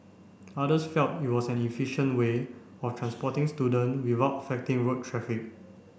others felt it was an efficient way of transporting student without affecting road traffic